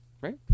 right